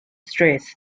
stress